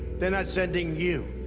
they're not sending you.